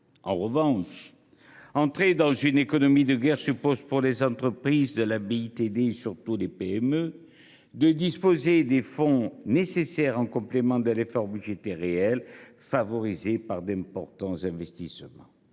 En revanche, entrer dans une économie de guerre suppose, pour les entreprises de la BITD, et en particulier les PME, de disposer des fonds nécessaires, en complément d’un effort budgétaire réel, favorisé par d’importants investissements.